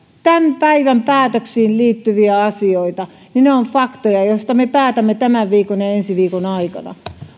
tämän päivän päätöksiin liittyviä asioita ne ovat faktoja joista me päätämme tämän viikon ja ensi viikon aikana